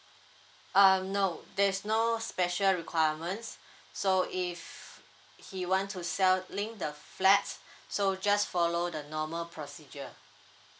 um no there's no special requirements so if he want to selling the flat so just follow the normal procedure